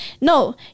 No